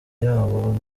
yaho